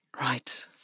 right